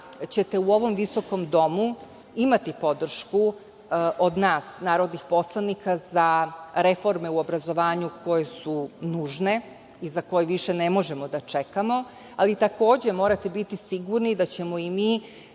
ćete u ovom visokom domu imati podršku od nas narodnih poslanika za reforme u obrazovanju koje su nužne i za koje više ne možemo da čekamo. Ali, takođe morate biti sigurni da ćemo i mi